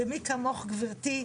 ומי כמוך גברתי,